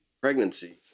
pregnancy